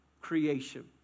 creation